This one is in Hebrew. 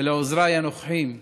לעוזריי הנוכחיים,